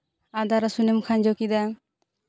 ᱟᱫᱟ ᱨᱚᱥᱩᱱᱮᱢ ᱠᱷᱟᱸᱡᱚ ᱠᱮᱫᱟ